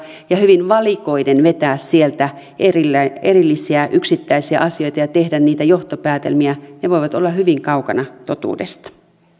ja hyvin valikoiden vetää sieltä erillisiä yksittäisiä asioita ja tehdä niitä johtopäätelmiä ne voivat olla hyvin kaukana totuudesta